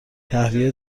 تهویه